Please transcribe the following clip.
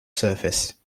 surface